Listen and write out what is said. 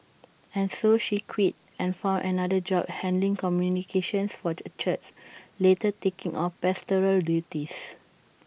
and so she quit and found another job handling communications for A church later taking on pastoral duties